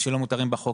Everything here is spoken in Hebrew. שלא מותרים בחוק,